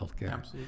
Healthcare